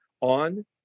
on